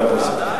חבר הכנסת,